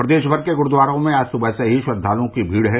प्रदेश भर के गुरूद्वारों में आज सुबह से ही श्रद्वालुओं की भीड है